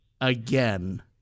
again